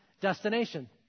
destination